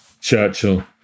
Churchill